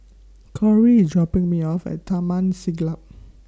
Cory IS dropping Me off At Taman Siglap